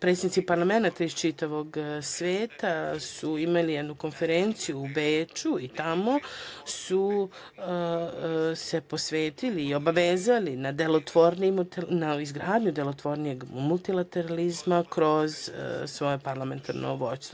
predsednici parlamenata iz čitavog sveta su imali jednu konferenciju u Beču i tamo su se posvetili, obavezali na izgradnju delotvornijeg multilateralizma kroz svoje parlamentarno vođstvo.